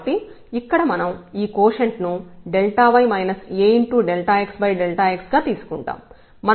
కాబట్టి ఇక్కడ మనం ఈ కోషెంట్ ను y Axx గా తీసుకుంటాం